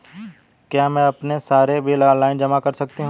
क्या मैं अपने सारे बिल ऑनलाइन जमा कर सकती हूँ?